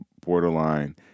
borderline